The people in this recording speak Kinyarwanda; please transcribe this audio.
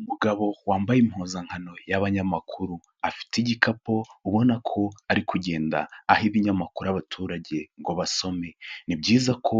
Umugabo wambaye impuzankano y'abanyamakuru. Afite igikapu ubona ko ari kugenda aha ibinyamakuru abaturage ngo basome. Ni byiza ko